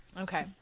Okay